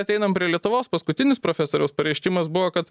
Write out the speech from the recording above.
ateinam prie lietuvos paskutinis profesoriaus pareiškimas buvo kad